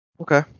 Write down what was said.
Okay